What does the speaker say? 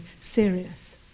serious